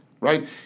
Right